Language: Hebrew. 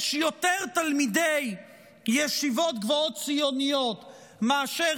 יש יותר תלמידי ישיבות גבוהות ציוניות מאשר